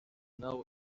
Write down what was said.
now